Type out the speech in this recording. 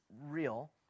real